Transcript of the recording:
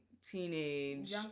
teenage